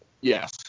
Yes